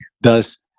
thus